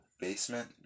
basement